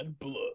blood